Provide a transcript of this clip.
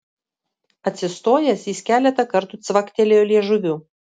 atsistojęs jis keletą kartų cvaktelėjo liežuviu